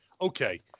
okay